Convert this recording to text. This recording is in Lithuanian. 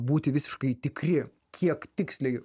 būti visiškai tikri kiek tiksliai